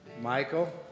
Michael